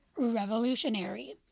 Revolutionary